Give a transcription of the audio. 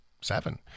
seven